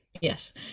Yes